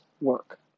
work